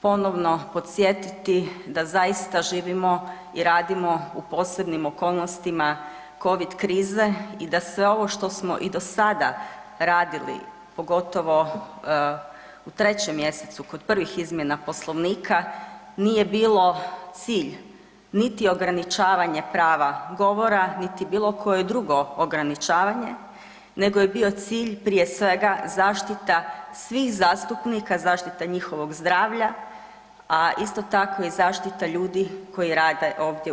ponovno podsjetiti da zaista živimo i radimo u posebnim okolnostima covid krize i da se ovo što smo i do sada radili, pogotovo u 3. mjesecu kod prvih izmjena Poslovnika, nije bilo cilj niti ograničavanje prava govora, niti bilo koje drugo ograničavanje, nego je bio cilj prije svega zaštita svih zastupnika, zaštita njihovog zdravlja, a isto tako i zaštita ljudi koji rade ovdje u HS.